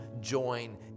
join